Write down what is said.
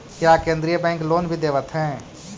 क्या केन्द्रीय bank loan भी देवत हैं